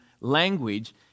language